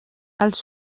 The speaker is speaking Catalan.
els